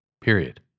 period